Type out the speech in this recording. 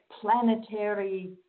planetary